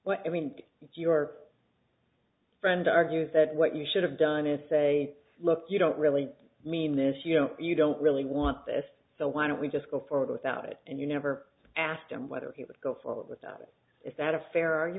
but i mean your friend argues that what you should have done it say look you don't really mean this you know you don't really want this so why don't we just go forward without it and you never asked him whether he would go forward with that is that a fair